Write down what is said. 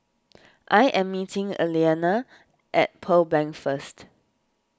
I am meeting Aliana at Pearl Bank first